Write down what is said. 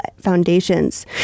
foundations